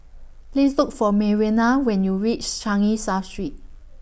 Please Look For Marianna when YOU REACH Changi South Street